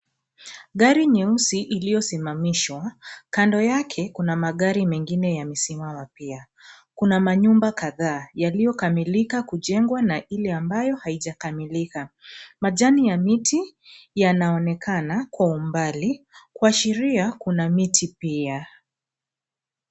Gari nyeusi iliyosimamishwa ,kando yake kuna magari mengine yamesimama pia. Kuna manyumba kadhaa yaliyokamilika kujengwa na ile ambayo halijakamilika. Majani ya miti yanaonekana kwa umbali kuashiria kuna miti pia.